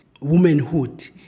womanhood